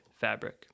fabric